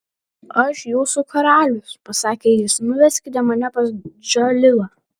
aš jūsų karalius pasakė jis nuveskite mane pas džalilą